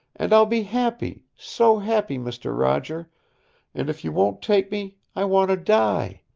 and i'll be happy, so happy, mister roger and if you won't take me i want to die.